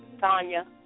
Tanya